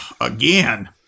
Again